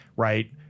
right